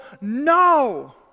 no